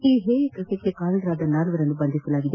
ಈ ಹೇಯಕೃತ್ವಕ್ಕೆ ಕಾರಣರಾದ ನಾಲ್ವರನ್ನು ಬಂಧಿಸಲಾಗಿದೆ